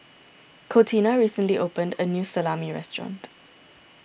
Contina recently opened a new Salami restaurant